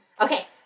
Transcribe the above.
Okay